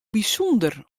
bysûnder